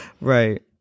right